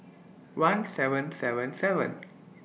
one seven seven seven